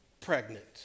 pregnant